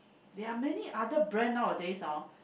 there are many other brand nowadays hor